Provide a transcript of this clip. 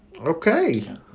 Okay